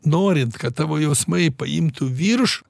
norint kad tavo jausmai paimtų virš